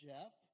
Jeff